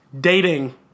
dating